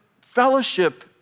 fellowship